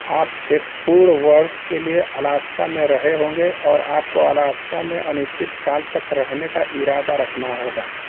आप एक पूर्ण वर्ष के लिए अलास्का में रहे होंगे और आपको अलास्का में अनिश्चित काल तक रहने का इरादा रखना होगा